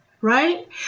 right